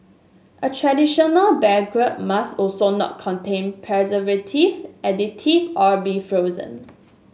a traditional baguette must also not contain preservative additive or be frozen